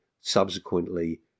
subsequently